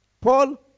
Paul